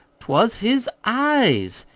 was his eyes,